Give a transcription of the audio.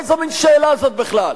איזה מין שאלה זאת בכלל?